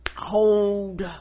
Hold